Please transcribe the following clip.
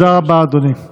תודה רבה, אדוני.